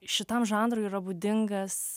šitam žanrui yra būdingas